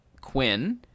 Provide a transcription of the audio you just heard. Quinn